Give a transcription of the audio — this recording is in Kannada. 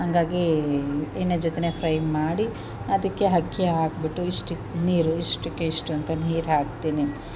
ಹಂಗಾಗಿ ಎಣ್ಣೆ ಜೊತೆಯೇ ಫ್ರೈ ಮಾಡಿ ಅದಕ್ಕೆ ಹಕ್ಕಿ ಹಾಕಿಬಿಟ್ಟು ಇಷ್ಟು ನೀರು ಇಷ್ಟಕ್ಕೆ ಇಷ್ಟು ಅಂತ ನೀರು ಹಾಕ್ತೀನಿ